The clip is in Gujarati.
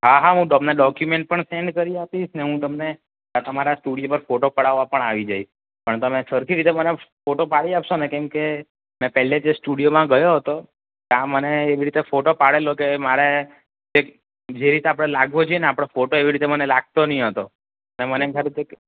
હા હા હું તમને ડોક્યુમેન્ટ પણ સેન્ડ કરી આપીશ અને હું તમને આ તમારા સ્ટુડિયો પર ફોટો પડાવવા પણ આવી જઈશ પણ તમે સરખી રીતે મને ફોટો પાડી આપશો ને કેમકે મેં પહેલે જે સ્ટુડિયોમાં ગયો હતો ત્યાં મને એવી રીતે ફોટો પાડેલો તે મારે એક જે રીતે આપણે લાગવો જોઈએ ને આપણો ફોટો એવી રીતે મને લાગતો નહીં હતો ને મને એમ થાતું કે